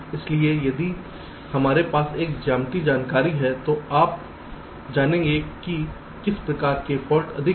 इसलिए यदि हमारे पास कुछ ज्यामितीय जानकारी है तो आप जानेंगे कि किस प्रकार के फाल्ट अधिक हैं